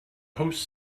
host